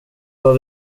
vad